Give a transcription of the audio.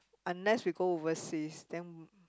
unless we go overseas then